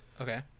Okay